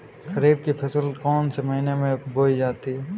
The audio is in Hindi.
खरीफ की फसल कौन से महीने में बोई जाती है?